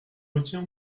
retire